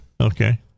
Okay